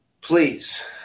Please